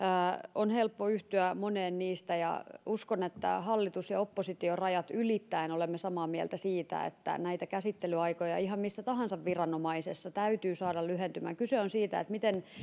on helppo yhtyä moneen niistä ja uskon että hallitus ja oppositiorajat ylittäen olemme samaa mieltä siitä että näitä käsittelyaikoja ihan missä tahansa viranomaisessa täytyy saada lyhentymään kyse on siitä miten